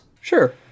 Sure